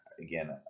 Again